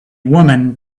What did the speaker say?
woman